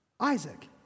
Isaac